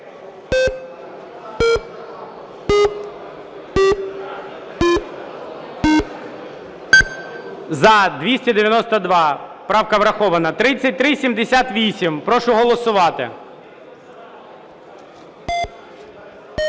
За-292 Правка врахована. 3378. Прошу голосувати.